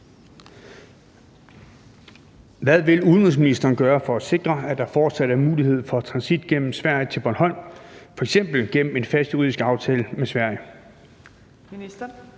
Hvad vil udenrigsministeren gøre for at sikre, at der fortsat er mulighed for transit gennem Sverige til Bornholm, f.eks. gennem en fast juridisk aftale med Sverige? Kl.